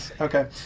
Okay